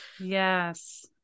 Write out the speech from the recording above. Yes